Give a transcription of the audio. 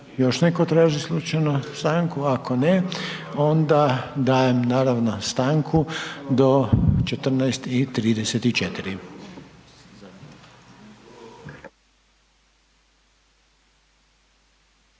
Još neko traži slučajno stanku, ako ne onda dajem naravno stanku do 14,34.